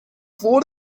for